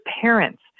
parents